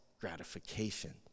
gratification